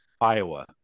iowa